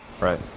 Right